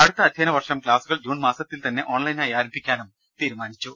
അടുത്ത അദ്ധ്യയനവർഷം ക്ലാസുകൾ ജൂൺമാസത്തിൽത്തന്നെ ഓൺലൈനായി ആരംഭിക്കാനും തീരുമാനിച്ചു